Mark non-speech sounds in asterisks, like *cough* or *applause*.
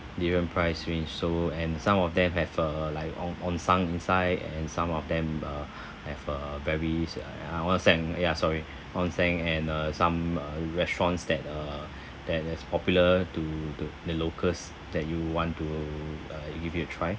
different price range so and some of them have uh like on~ onsen inside and some of them uh *breath* have uh varies uh onsen ya sorry onsen and uh some restaurants that uh that is popular to to the locals that you want to uh give it a try